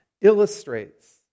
illustrates